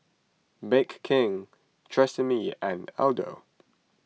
Bake King Tresemme and Aldo